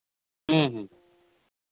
ᱦᱮᱸ ᱦᱮᱸ